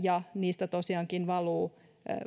ja niistä tosiaankin valuu